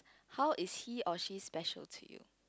how is he or she special to you